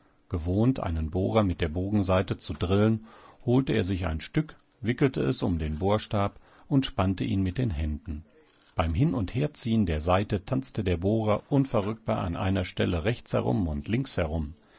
gewohnt einen bohrer mit der bogensaite zu drillen holte er sich ein stück wickelte es um den bohrstab und spannte ihn mit den händen beim hin und herziehen der saite tanzte der bohrer unverrückbar an einer stelle rechtsherum und linksherum